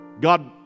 God